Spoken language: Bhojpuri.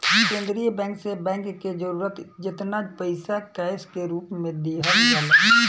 केंद्रीय बैंक से बैंक के जरूरत जेतना पईसा कैश के रूप में दिहल जाला